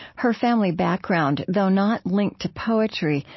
her family background, though not linked to poetry,